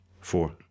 four